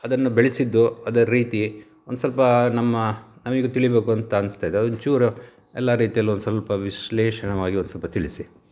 ಅದನ್ನು ಬೆಳಿಸಿದ್ದು ಅದರ ರೀತಿ ಒಂದು ಸ್ವಲ್ಪಾ ನಮ್ಮ ನಮಗು ತಿಳಿಬೇಕು ಅಂತ ಅನಿಸ್ತಾಯಿದೆ ಅದೊಂದು ಚೂರು ಎಲ್ಲಾ ರೀತಿಯಲ್ಲು ಒಂದು ಸ್ವಲ್ಪ ವಿಶ್ಲೇಷಣವಾಗಿ ಒಂದು ಸ್ವಲ್ಪ ತಿಳಿಸಿ